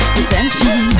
attention